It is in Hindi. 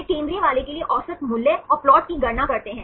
वे केंद्रीय वाले के लिए औसत मूल्य और प्लाट की गणना करते हैं